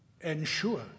ensure